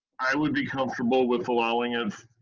i would be comfortable with allowing it